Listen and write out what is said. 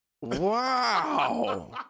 Wow